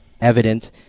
evident